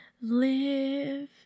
live